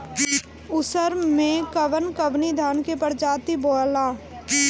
उसर मै कवन कवनि धान के प्रजाति बोआला?